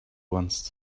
once